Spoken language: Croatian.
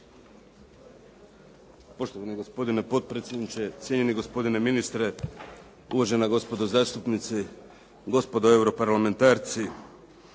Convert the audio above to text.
Poštovani gospodine potpredsjedniče, cijenjeni gospodine ministre, uvažena gospodo zastupnici, gospodo europarlamentarci.